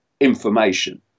information